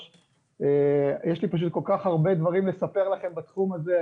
לי פשוט כל כך הרבה דברים לספר לכם בתחום הזה,